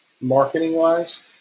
marketing-wise